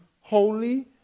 holy